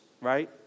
right